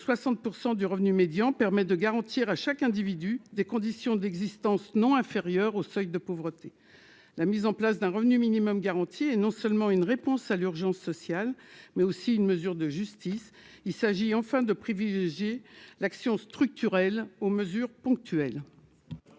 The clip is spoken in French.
60 % du revenu médian permet de garantir à chaque individu, des conditions d'existence non inférieure au seuil de pauvreté, la mise en place d'un revenu minimum garanti est non seulement une réponse à l'urgence sociale, mais aussi une mesure de justice, il s'agit enfin de privilégier l'action structurelle aux mesures ponctuelles.